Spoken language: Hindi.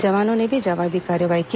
जवानों ने भी जवाबी कार्रवाई की